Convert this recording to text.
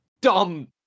dumb